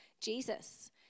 Jesus